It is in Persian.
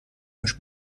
باش